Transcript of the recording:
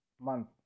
month